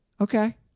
Okay